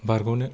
बारग'नो